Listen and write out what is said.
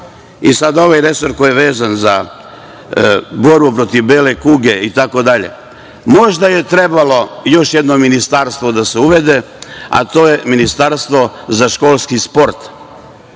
i sada ovaj resor koji je vezan za borbu protiv bele kuge itd, možda je trebalo još jedno ministarstvo da se uvede, a to je ministarstvo za školski sport.